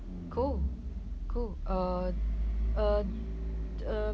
cool cool uh uh uh